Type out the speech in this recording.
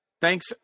thanks